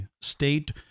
state